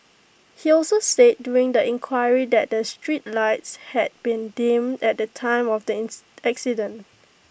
he also said during the inquiry that the street lights had been dim at the time of the accident